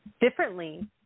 differently